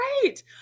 great